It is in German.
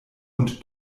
und